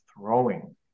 throwing